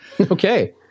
okay